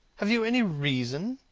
have you any reason?